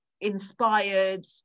inspired